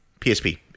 PSP